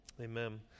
amen